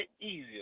easier